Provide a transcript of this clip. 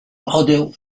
adult